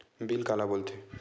Bill काला बोल थे?